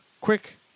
quick